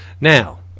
now